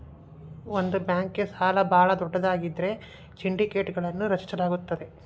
ಒಂದ ಬ್ಯಾಂಕ್ಗೆ ಸಾಲ ಭಾಳ ದೊಡ್ಡದಾಗಿದ್ರ ಸಿಂಡಿಕೇಟ್ಗಳನ್ನು ರಚಿಸಲಾಗುತ್ತದೆ